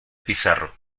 pizarro